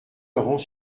laurent